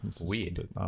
Weird